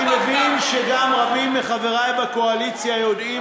אני מבין שגם רבים מחברי בקואליציה יודעים